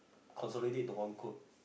consolidate into one code